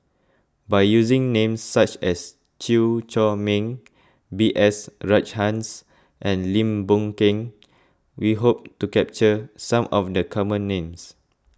by using names such as Chew Chor Meng B S Rajhans and Lim Boon Keng we hope to capture some of the common names